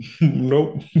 Nope